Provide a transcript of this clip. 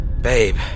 babe